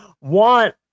want